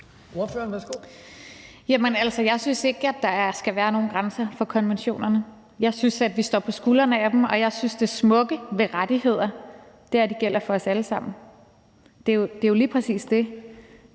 Jeg synes ikke. at der skal være nogen grænser for konventionerne. Jeg synes, at vi står på skuldrene af dem, og jeg synes, at det smukke ved rettigheder er, at de gælder for os alle sammen. Det er jo lige præcis det,